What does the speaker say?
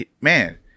man